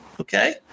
okay